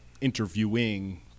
interviewing